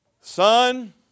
Son